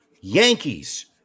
Yankees